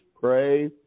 pray